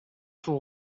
son